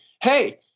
hey